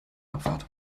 abfahrt